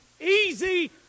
easy